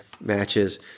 matches